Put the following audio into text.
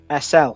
SL